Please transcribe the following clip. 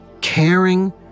caring